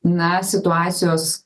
na situacijos